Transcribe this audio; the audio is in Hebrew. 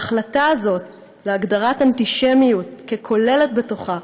וההחלטה הזאת של הגדרת אנטישמיות, הכוללת בתוכה